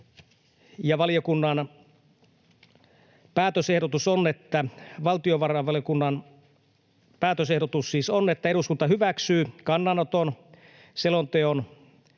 Valtiovarainvaliokunnan päätösehdotus on, että eduskunta hyväksyy kannanoton selonteon